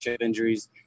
injuries